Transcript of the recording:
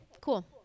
cool